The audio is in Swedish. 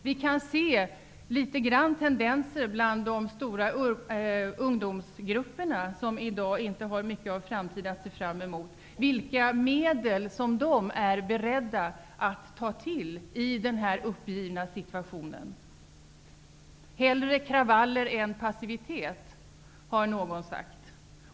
Vi kan se en del tendenser bland de stora ungdomsgrupperna -- vilka i dag inte har mycket av framtid att se fram emot -- och se vilka medel de är beredda att ta till i denna uppgivna situation. Hellre kravaller än passivitet, har någon sagt.